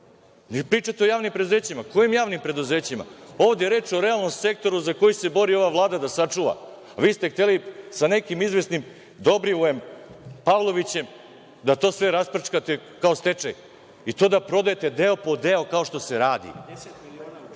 pričate o javnim preduzećima, kojim javnim preduzećima? Ovde je reč o realnom sektoru za koji se bori ova Vlada da sačuva. Vi ste hteli sa nekim izvesnim Dobrivojem Pavlovićem da sve to rasprčkate kao stečaj i to da prodajete deo po deo, kao što se radi,